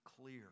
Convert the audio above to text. clear